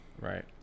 right